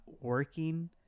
working